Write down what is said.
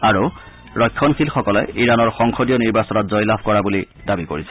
আৰু ৰক্ষণশীলসকলে ইৰানৰ সংসদীয় নিৰ্বাচনত জয়লাভ কৰা বুলি দাবী কৰিছে